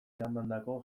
eramandako